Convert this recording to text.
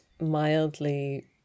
mildly